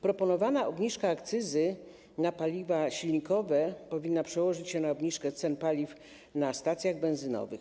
Proponowana obniżka akcyzy na paliwa silnikowe powinna przełożyć się na obniżkę cen paliw na stacjach benzynowych.